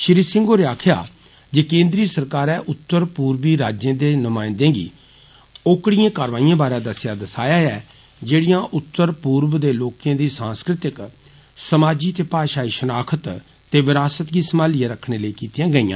श्री सिंह होरें आक्खेआ केन्द्री सरकारै उत्तर पूर्वी राज्यें दे नुमाइन्दे गी ओकड़िएं कारवाइएं बारै दस्सेआ दसाया ऐ जेड़ियां उत्तर पूर्व दे लोकें दी सांस्कृतिक समाजी ते भाशाई षनाख्त ते विरासत गी सम्हालियै रक्खने लेई कीतियां गेईया